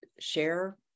share